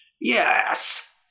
Yes